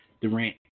Durant